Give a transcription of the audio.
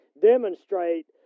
demonstrate